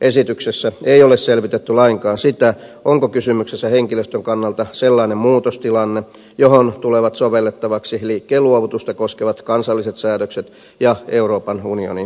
esityksessä ei ole selvitetty lainkaan sitä onko kysymyksessä henkilöstön kannalta sellainen muutostilanne johon tulevat sovellettavaksi liikkeen luovutusta koskevat kansalliset säädökset ja euroopan unionin direktiivi